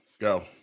Go